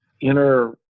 inner